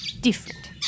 different